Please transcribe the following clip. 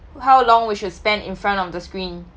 how long we should spend in front of the screen